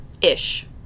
Ish